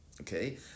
okay